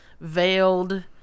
veiled